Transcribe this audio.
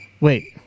Wait